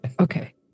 Okay